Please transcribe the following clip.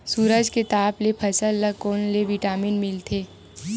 सूरज के ताप ले फसल ल कोन ले विटामिन मिल थे?